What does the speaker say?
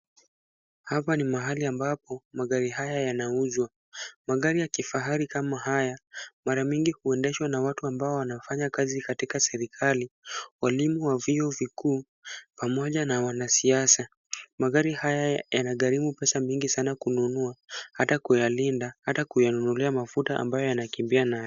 Hapa ni mahali ambapo magari hayo yanauzwa. Magari ya kifahari kama haya mara mingi huendeshwa na watu ambao wanafanya kazi katika serikali, walimu wa vyuo vikuu pamoja na wanasiasa. Magari haya yanagharimu pesa mingi sana kununua hata kuyalinda, hata kuyanunulia mafuta ambayo yanakimbia nayo.